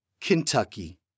Kentucky